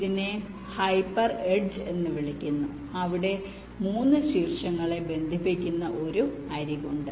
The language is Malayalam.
ഇതിനെ ഹൈപ്പർ എഡ്ജ് എന്ന് വിളിക്കുന്നു അവിടെ 3 വെർട്ടിസസിനെ ബന്ധിപ്പിക്കുന്ന ഒരു അരികുണ്ട്